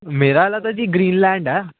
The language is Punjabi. ਮੇਰਾ ਵਾਲਾ ਤਾਂ ਜੀ ਗ੍ਰੀਨਲੈਂਡ ਹੈ